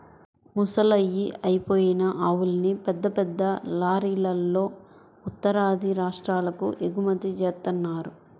ముసలయ్యి అయిపోయిన ఆవుల్ని పెద్ద పెద్ద లారీలల్లో ఉత్తరాది రాష్ట్రాలకు ఎగుమతి జేత్తన్నారు